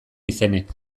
izenek